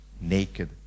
naked